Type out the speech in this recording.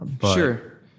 Sure